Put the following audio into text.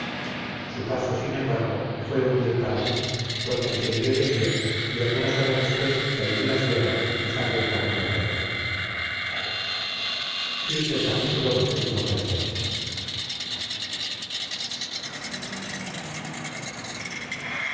su paso sin embargo fue un bien para mí porque me sirvió de guía y algunas horas después salí de la sierra pisando el camino real